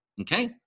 okay